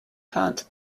plant